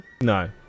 no